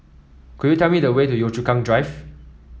could you tell me the way to Yio Chu Kang Drive